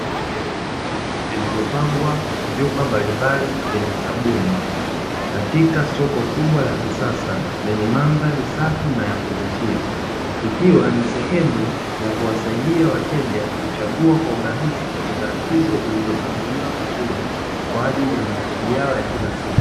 Nguzo ndefu zilizopangwa vyupa mbalimbali zenye sabuni katika soko kubwa la kisasa lenye mandhari safi na ya kuvutia, ikiwa ni sehemu ya kuwasaidia wateja kuchagua kwa urahisi bidhaa hizo zilizopangiliwa vizuri kwa ajili ya mahitaji yao ya kila siku.